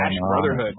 Brotherhood